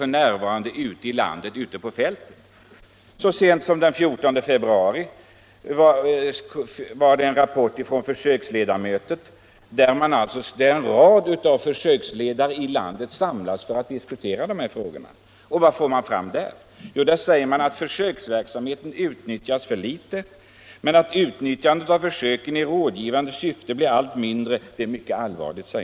Så sent som i februari var försöksledare från hela landet samlade till ett försöksledarmöte, och då skrev man i en rapport att försöksverksamheten utnyttjas för litet. Jag citerar här ur en tidning för den 14 februari: ”Men att utnyttjandet av försöken i rådgivande syfte blir allt mindre är mycket allvarligt.